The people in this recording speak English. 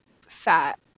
fat